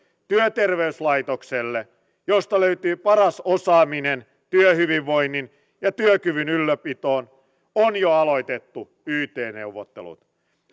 työterveyslaitoksella josta löytyy paras osaaminen työhyvinvoinnin ja työkyvyn ylläpitoon on jo aloitettu yt neuvottelut